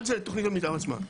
1 זה תוכנית המתאר עצמה.